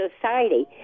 society